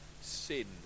sin